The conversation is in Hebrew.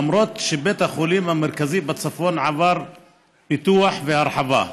למרות שבית החולים המרכזי בצפון עבר פיתוח והרחבה.